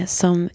som